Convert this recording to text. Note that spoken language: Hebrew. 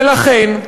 ולכן,